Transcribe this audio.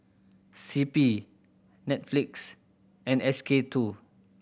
C P Netflix and S K Two